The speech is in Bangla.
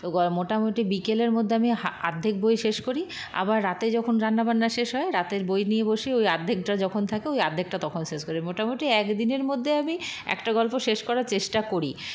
তো গ মোটামুটি বিকেলের মধ্যে আমি অর্ধেক বই শেষ করি আবার রাতে যখন রান্না বান্না শেষ হয় রাতের বই নিয়ে বসি ওই অর্ধেকটা যখন থাকে ওই অর্ধেকটা তখন শেষ করি মোটামুটি একদিনের মধ্যে আমি একটা গল্প শেষ করার চেষ্টা করি